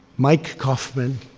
mike coffman